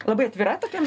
labai atvira tokiem